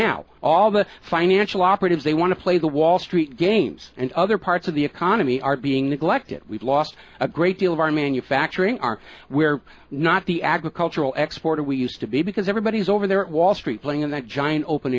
now all the financial operatives they want to play the wall street games and other parts of the economy are being neglected we've lost a great deal of our manufacturing our we're not the agricultural export we used to be because everybody's over there wall street playing in that giant open